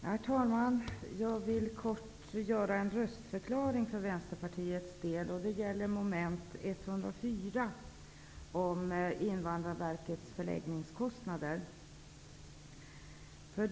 Herr talman! Jag skall helt kort avge en röstförklaring för Vänsterpartiets del. Det gäller mom. 104 om Invandrarverkets förläggningskostnader.